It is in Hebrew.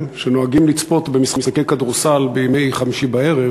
שנוהגים לצפות במשחקי כדורסל בימי חמישי בערב,